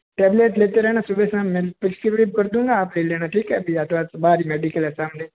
tablet लेते रहना सुबह शाम मैं प्रिस्क्रिब कर दूँगा आप ले लेना ठीक है या तो आप के बाहर ही मेडिकल है सामने